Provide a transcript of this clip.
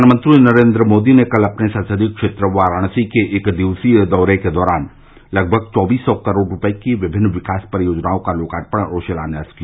प्रधानमंत्री नरेन्द्र मोदी ने कल अपने संसदीय क्षेत्र वाराणसी के एक दिवसीय दौरे के दौरान लगभग चौबीस सौ करोड़ रूपये की विमिन्न विकास परियोजनाओं का लोकार्पण और शिलान्यास किया